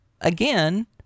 again